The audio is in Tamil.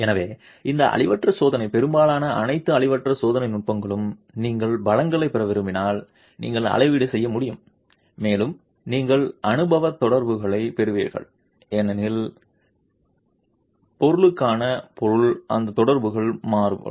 எனவே இந்த அழிவற்ற சோதனை பெரும்பாலான அனைத்து அழிவற்ற சோதனை நுட்பங்களும் நீங்கள் பலங்களைப் பெற விரும்பினால் நீங்கள் அளவீடு செய்ய முடியும் மேலும் நீங்கள் அனுபவ தொடர்புகளைப் பெறுவீர்கள் ஏனெனில் பொருளுக்கான பொருள் அந்த தொடர்புகள் மாறுபடும்